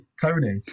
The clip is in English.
Tony